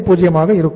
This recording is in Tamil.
50 ஆக இருக்கும்